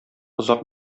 озак